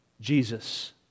Jesus